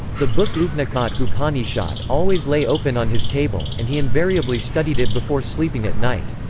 the book oupnekhat oupnekhat always lay open on his table, and he invariably studied it before sleeping at night.